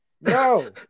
No